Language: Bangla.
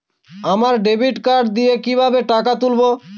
আমরা ডেবিট কার্ড দিয়ে কিভাবে টাকা তুলবো?